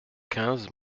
quinze